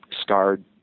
scarred